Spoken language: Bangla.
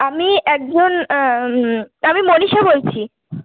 আমি একজন আমি মনীষা বলছি